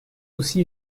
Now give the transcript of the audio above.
aussi